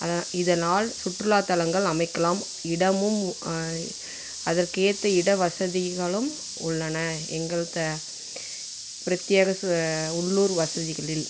இதனால் சுற்றுலா தலங்கள் அமைக்கலாம் இடமும் அதற்கேற்ற இட வசதிகளும் உள்ளன எங்கள் த பிரத்யேக சு உள்ளூர் வசதிகளில்